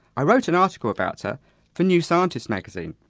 i wrote an article about her for new scientist magazine.